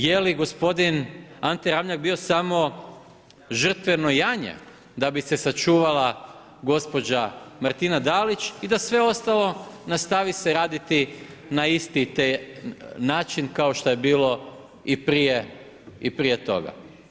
Je li gospodin Ante Ramljak bio samo žrtveno janje da bi se sačuvala gospođa Martina Dalić i da sve ostalo nastavi se raditi na isti način kao što je bilo i prije toga.